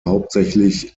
hauptsächlich